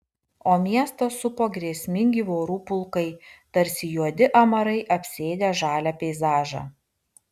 o miestą supo grėsmingi vorų pulkai tarsi juodi amarai apsėdę žalią peizažą